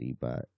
but-